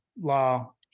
law